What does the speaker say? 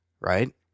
Right